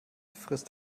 frisst